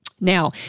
Now